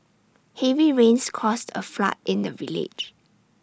heavy rains caused A flood in the village